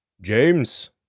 James